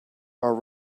are